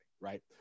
right